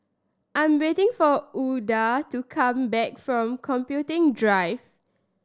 I'm waiting for Ouida to come back from Computing Drive